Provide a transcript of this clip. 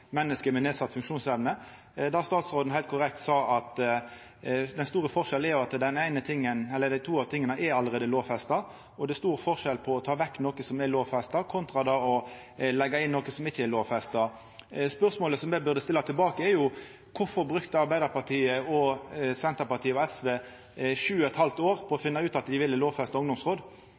menneske med nedsett funksjonsevne. Statsråden sa heilt korrekt at den store forskjellen er at to av tinga allereie er lovfesta, og det er stor forskjell på å ta vekk noko som er lovfesta og det å leggja inn noko som ikkje er lovfesta. Spørsmålet som ein burde stilla tilbake, er: Kvifor brukte Arbeidarpartiet, Senterpartiet og SV sju og et halvt år på å finna ut at dei ville lovfesta ungdomsråd?